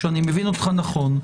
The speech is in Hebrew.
שאני מבין אותך נכון,